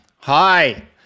Hi